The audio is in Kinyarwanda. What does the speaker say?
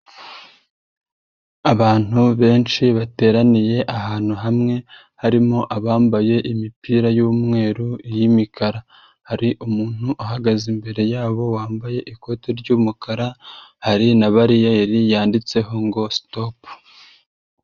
Abantu benshi bateraniye ahantu hamwe, harimo abambaye imipira y'umweru y'imikara. Hari umuntu uhagaze imbere yabo wambaye ikote ry'umukara ,hari na bariyeri yanditseho ngo stop.